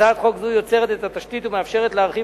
הצעת חוק זו יוצרת את התשתית ומאפשרת להרחיב